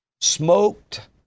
smoked